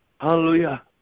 Hallelujah